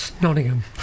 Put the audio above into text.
Nottingham